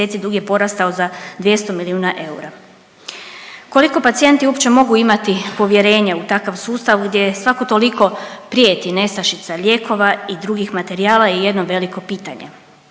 mjeseci dug je porastao za 200 milijuna eura. Koliko pacijenti uopće mogu imati povjerenje u takav sustav gdje svako toliko prijeti nestašica lijekova i drugih materijala je jedno veliko pitanje.